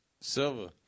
Silva